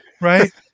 right